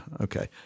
Okay